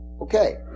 Okay